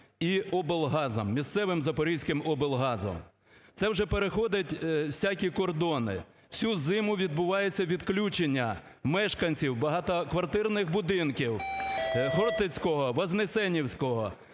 і облгазом, місцевим запорізьким облгазом. Це вже переходити всякі кордони. Всю зиму відбувається відключення мешканців багатоквартирних будинків Хортицького, Вознесенівського,